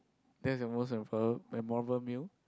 that's the most memor~ memorable meal